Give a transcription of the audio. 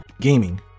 Gaming